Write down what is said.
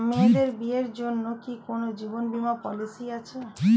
মেয়েদের বিয়ের জন্য কি কোন জীবন বিমা পলিছি আছে?